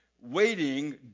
waiting